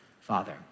father